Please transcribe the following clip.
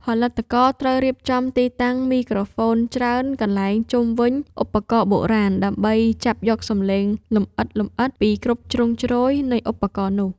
ផលិតករត្រូវរៀបចំទីតាំងមីក្រូហ្វូនច្រើនកន្លែងជុំវិញឧបករណ៍បុរាណ ដើម្បីចាប់យកសំឡេងលម្អិតៗពីគ្រប់ជ្រុងជ្រោយនៃឧបករណ៍នោះ។